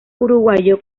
uruguayo